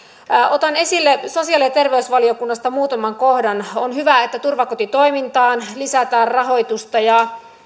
otan esille sosiaali ja terveysvaliokunnasta muutaman kohdan on hyvä että turvakotitoimintaan lisätään rahoitusta